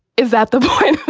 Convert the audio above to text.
is that the point?